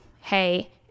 hey